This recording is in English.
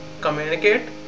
communicate